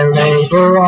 labor